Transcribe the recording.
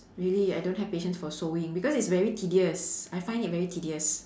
really I don't have patience for sewing because it's very tedious I find it very tedious